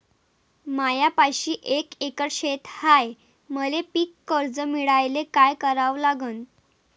मायापाशी एक एकर शेत हाये, मले पीककर्ज मिळायले काय करावं लागन?